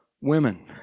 women